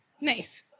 Nice